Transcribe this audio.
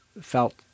felt